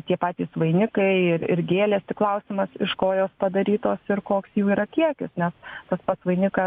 tie patys vainikai ir ir gėlės tik klausimas iš ko jos padarytos ir koks jų yra kiekis nes tas pats vainikas